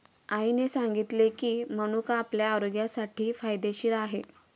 आईने सांगितले की, मनुका आपल्या आरोग्यासाठी फायदेशीर आहे